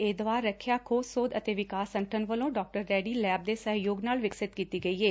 ਇਹ ਦਵਾ ਰੱਖਿਆ ਖੋਜ ਸੋਖ ਅਤੇ ਵਿਕਾਸ ਸੰਗਠਨ ਵੱਲੋਂ ਡਾਕਟਰ ਰੈਡੀ ਲੈਬ ਦੇ ਸਹਿਯੋਗ ਨਾਲ ਵਿਕਸਿਤ ਕੀਤੀ ਗਈ ਏ